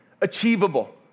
achievable